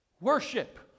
Worship